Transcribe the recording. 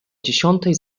dziesiątej